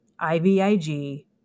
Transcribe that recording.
IVIG